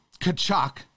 Kachuk